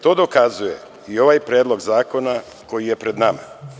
To dokazuje i ovaj predlog zakona koji je pred nama.